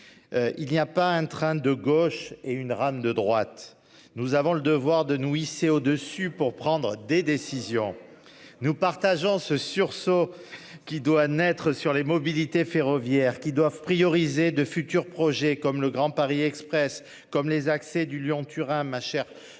Il n'y a pas un train de gauche et une rame de droite. Nous avons le devoir de nous hisser au dessus pour prendre des décisions. Nous partageons ce sursaut qui doit naître sur les mobilités ferroviaire qui doivent prioriser de futurs projets, comme le Grand Paris Express comme les accès du Lyon-Turin ma chère Martine